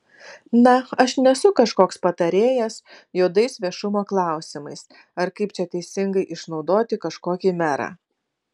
na aš nesu kažkoks patarėjas juodais viešumo klausimais ar kaip čia teisingai išnaudoti kažkokį merą